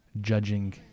judging